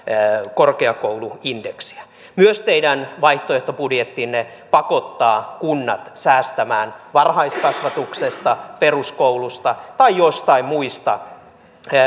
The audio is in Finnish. korkeakouluindeksiä myös teidän vaihtoehtobudjettinne pakottaa kunnat säästämään varhaiskasvatuksesta peruskoulusta tai joistain muista